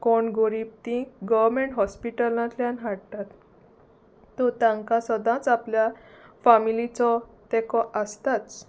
कोण गोरीब तीं गोवर्मेंट हॉस्पिटलांतल्यान हाडटात तो तांकां सदांच आपल्या फमिलीचो तेको आसताच